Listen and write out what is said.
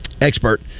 expert